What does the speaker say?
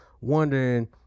wondering